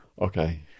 Okay